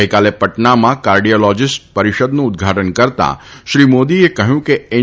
ગઇકાલે પટનામાં કાર્ડીયોલોજીસ્ટની પરિષદનું ઉદ્ઘાટન કરતાં શ્રી મોદી કહ્યું કે એન